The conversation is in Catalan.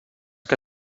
que